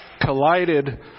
collided